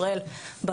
ישראל,